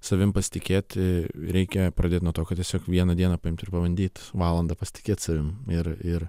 savim pasitikėti reikia pradėt nuo to kad tiesiog vieną dieną paimt ir pabandyt valandą pasitikėt savimi ir ir